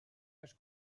fes